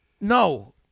No